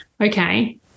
okay